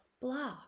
blah